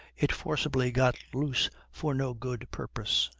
it forcibly got loose for no good purpose.